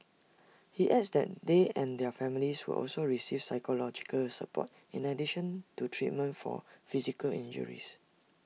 he adds that they and their families will also receive psychological support in addition to treatment for physical injuries